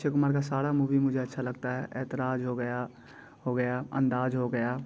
अक्षय कुमार का सारा मूवी मुझे अच्छा लगता है ऐतराज हो गया हो गया अंदाज़ हो गया